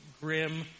grim